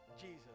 Jesus